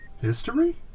History